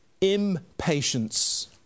Impatience